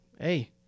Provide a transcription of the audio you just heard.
Hey